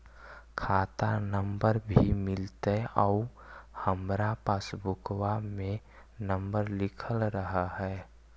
खाता नंबर भी मिलतै आउ हमरा पासबुक में नंबर लिखल रह है?